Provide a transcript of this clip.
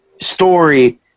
story